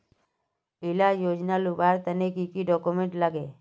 इला योजनार लुबार तने की की डॉक्यूमेंट लगे?